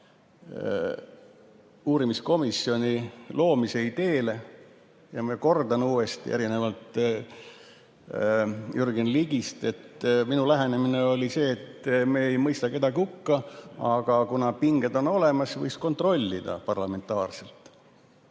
uurimiskomisjoni loomise ideele. Ma kordan uuesti, et erinevalt Jürgen Ligist minu lähenemine oli see, et me ei mõista kedagi hukka, aga kuna pinged on olemas, võiks kontrollida parlamentaarselt.